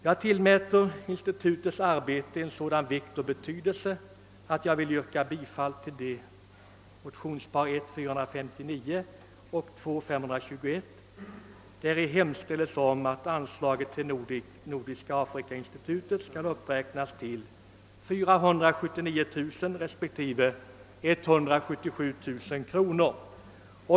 Jag tillmäter institutets arbete så stor betydelse att jag anser kraven i motionerna I1I:459 och II:321 berättigade. Däri hemställs att anslagen till nordiska afrikainstitutet skall uppräknas till 479 000 respektive 177 000 kronor.